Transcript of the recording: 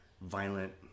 violent